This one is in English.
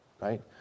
right